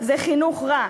זה חינוך רע,